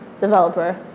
developer